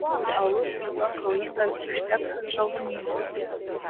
alus sriuba kraujingas bifšteksas žalumynai